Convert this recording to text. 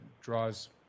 draws